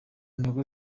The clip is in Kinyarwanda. ntego